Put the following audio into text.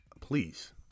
Please